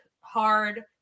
hard